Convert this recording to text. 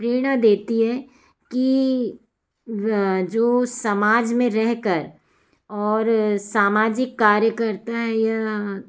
प्रेरणा देती हैं कि जो समाज में रहकर समाज और सामाजिक कार्य करता है